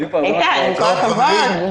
הבנתי.